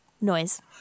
noise